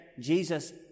Jesus